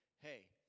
Hey